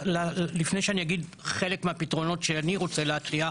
לפני שאני אגיד חלק מהפתרונות שאני רוצה להציע,